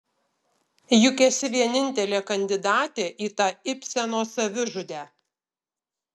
juk esi vienintelė kandidatė į tą ibseno savižudę